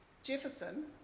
Jefferson